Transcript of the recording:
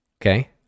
okay